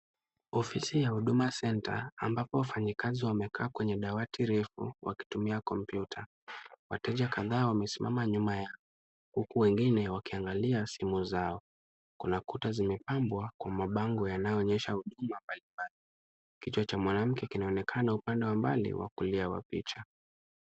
Ofisi ya Huduma Centre ambapo wafanyikazi wamekaa kwenye dawati refu wakitumia kompyuta, wateja kadhaa wamesimama nyuma yao huku wengine wakiangalia simu zao , kuna kuta zimebambwa kwa mabango yanayoonyesha picha ,kichwa cha mwanamke kinaonekana kwa upande wa mbali wa kulia wa picha .